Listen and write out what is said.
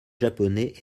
japonais